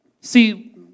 See